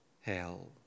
hell